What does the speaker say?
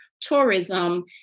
tourism